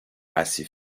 assez